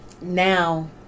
now